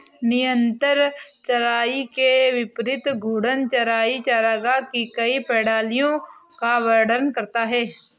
निरंतर चराई के विपरीत घूर्णन चराई चरागाह की कई प्रणालियों का वर्णन करता है